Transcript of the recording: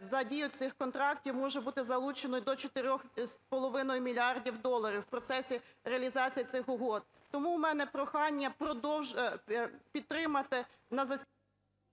за дію цих контрактів може бути залучено до 4 з половиною мільярдів доларів в процесі реалізації цих угод. Тому у мене прохання підтримати на …